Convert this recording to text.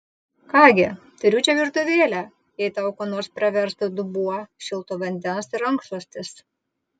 ką gi turiu čia virtuvėlę jei tau kuo nors praverstų dubuo šilto vandens ir rankšluostis